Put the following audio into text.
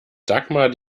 dagmar